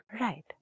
Right